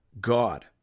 God